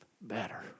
better